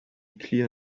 clear